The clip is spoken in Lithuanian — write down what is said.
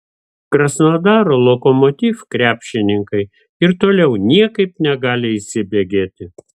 krasnodaro lokomotiv krepšininkai ir toliau niekaip negali įsibėgėti